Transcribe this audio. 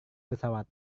pesawat